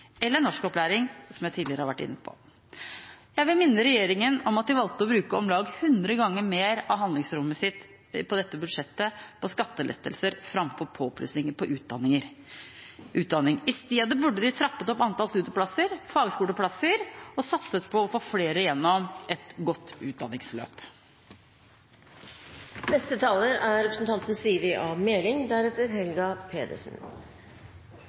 eller norskopplæring, som jeg tidligere har vært inne på. Jeg vil minne regjeringen om at de valgte å bruke om lag 100 ganger mer av handlingsrommet sitt i dette budsjettet på skattelettelser framfor påplussinger på utdanning. I stedet burde de trappe opp antall studieplasser, fagskoleplasser og satset på å få flere gjennom et godt